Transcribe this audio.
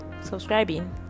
subscribing